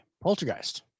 Poltergeist